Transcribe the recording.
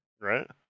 Right